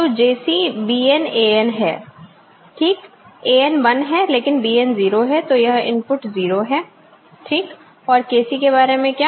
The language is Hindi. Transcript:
तो JC Bn An है ठीक An 1 है लेकिन Bn 0 है तो यह इनपुट 0 है ठीक और KC के बारे में क्या